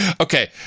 Okay